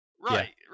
Right